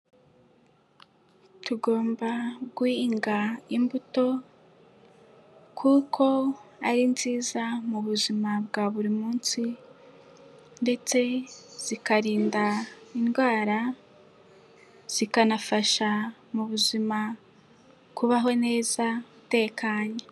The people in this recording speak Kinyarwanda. Tugomba guhinga imbuto kuko ari nziza mu buzima bwa buri munsi ndetse zikarinda indwara, zikanafasha mu buzima kubaho neza utekanye.